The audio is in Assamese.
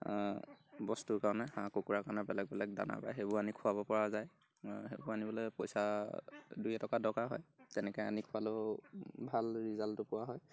বস্তুৰ কাৰণে হাঁহ কুকুৰাৰ কাৰণে বেলেগ বেলেগ দানা পায় সেইবোৰ আনি খুৱাবপৰা যায় সেইবোৰ আনিবলৈ পইছা দুই এটকা দৰকাৰ হয় তেনেকৈ আনি খুৱালেও ভাল ৰিজাল্টো পোৱা হয়